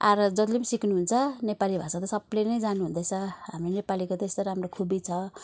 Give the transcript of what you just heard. आएर जसले पनि सिक्नुहुन्छ नेपाली भाषा त सबले नै जान्नुहुँदैछ हाम्रो नेपालीको त्यस्तो राम्रो खुबी छ